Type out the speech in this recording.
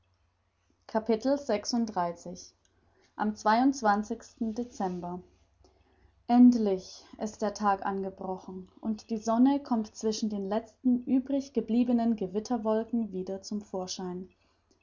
am dezember endlich ist der tag angebrochen und die sonne kommt zwischen den letzten übrig gebliebenen gewitterwolken wieder zum vorschein